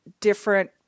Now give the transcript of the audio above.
different